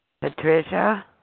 Patricia